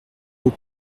vos